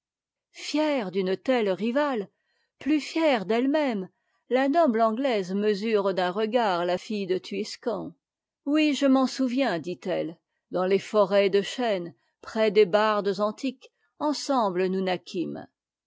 fière d'une telle rivale plus fière dette même la noble anglaise mesure d'un regard la fille de thuiskon oui je m'en souviens dit-elle dans les forêts de chênes près des bardes antiques ensemble nous